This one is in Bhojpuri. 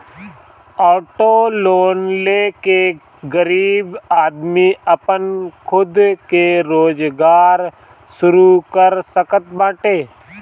ऑटो लोन ले के गरीब आदमी आपन खुद के रोजगार शुरू कर सकत बाटे